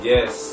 Yes